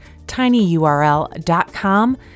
tinyurl.com